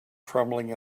crumbling